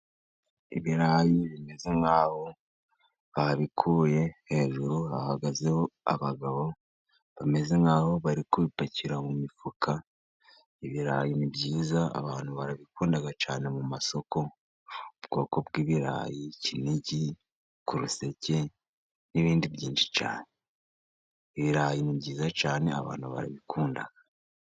Ibirayi bimeze nk'aho babikuye hejuru hahagazeho abagabo bameze nk'aho bari kubipakira mu mifuka, ibirayi ni byiza abantu barabikunda cyane mu masoko, ubwoko bw'ibirayi kinigi, kuruseke, n'ibindi byinshi cyane. Ibirayi ni byiza cyane abantu barabikunda.